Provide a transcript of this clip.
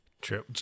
true